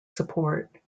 support